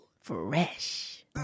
fresh